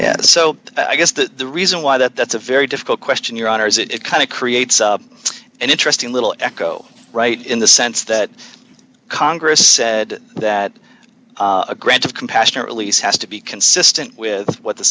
met so i guess that the reason why that that's a very difficult question your honor is it kind of creates an interesting little echo right in the sense that congress said that a grant of compassionate release has to be consistent with what the